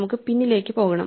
നമുക്ക് പിന്നിലേക്ക് പോകണം